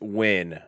win